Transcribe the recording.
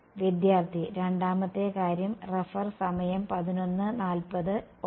വിദ്യാർത്ഥി രണ്ടാമത്തെ കാര്യം ഒന്ന്